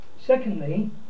secondly